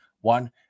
One